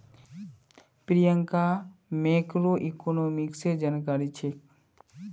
प्रियंका मैक्रोइकॉनॉमिक्सेर जानकार छेक्